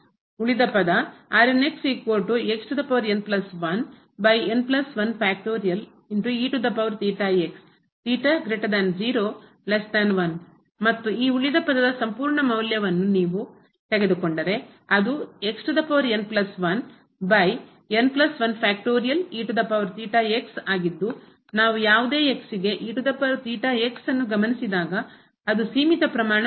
ಆದ್ದರಿಂದ ಇದು ಉಳಿದ ಪದ ಮತ್ತು ಈ ಉಳಿದ ಪದದ ಸಂಪೂರ್ಣ ಮೌಲ್ಯವನ್ನು ನೀವು ತೆಗೆದುಕೊಂಡರೆ ಅದು ಆಗಿದ್ದು ನಾವು ಯಾವುದೇ ಗೆ ನ್ನು ಗಮನಿಸಿದಾಗ ಇದು ಸೀಮಿತ ಪ್ರಮಾಣವಾಗಿರುತ್ತದೆ